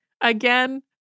again